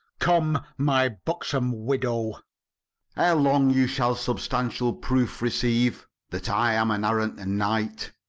come, my buxom widow e'er long you shall substantial proof receive that i'm an arrant knight